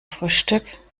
frühstück